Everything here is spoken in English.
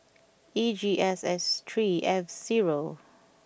E G S S three F zero